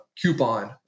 coupon